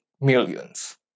millions